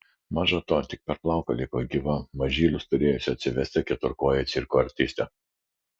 maža to tik per plauką liko gyva mažylius turėjusi atsivesti keturkojė cirko artistė